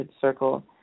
circle